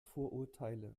vorurteile